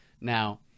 Now